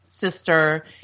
sister